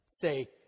say